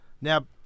Now